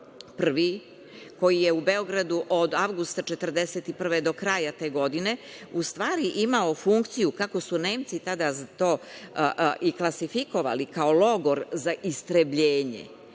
prvi, koji je u Beogradu od avgusta 1941. do kraja te godine, u stvari je imao funkciju, kako su Nemci tada to i klasifikovali, kao logor za istrebljenje.